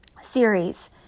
series